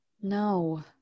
No